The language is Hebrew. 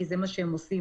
כי זה מה שהם עושים,